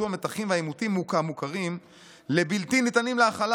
המתחים והעימותים לבלתי ניתנים להכלה